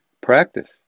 Practice